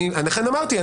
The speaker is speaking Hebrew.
לכן אמרתי,